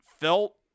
felt